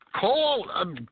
call